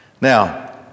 Now